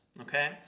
okay